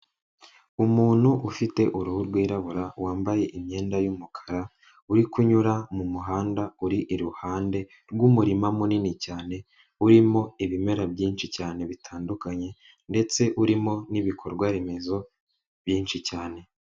Umuntu ufite uruhu rwirabura wambaye imyenda y'umukara uri kunyura mu muhanda uri iruhande rw'umurima munini cyane urimo ibimera byinshi cyane bitandukanye ndetse urimo n'ibikorwa remezo byinshi cyane.